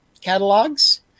catalogs